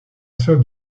sœur